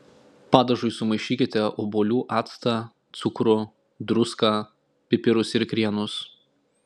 padažui sumaišykite obuolių actą cukrų druską pipirus ir krienus